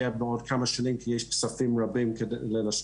יהיה בעוד כמה שנים כשיש כספים רבים להשקיע.